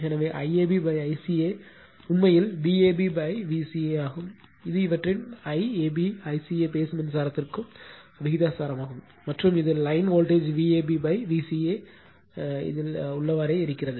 எனவே IAB ICA உண்மையில் Vab Vca ஆகும் இது அவற்றின் IAB ICA பேஸ் மின்சாரத்திற்கும் விகிதாசாரமாகும் மற்றும் இது லைன் வோல்டேஜ் Vab Vca இல் உள்ளவாறே இருக்கிறது